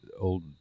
old